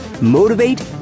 Motivate